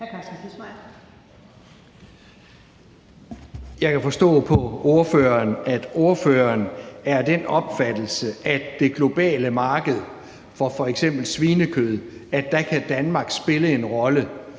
Jeg kan forstå på ordføreren, at ordføreren er af den opfattelse, at på det globale marked for f.eks. svinekød kan Danmark spille en rolle.